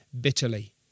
bitterly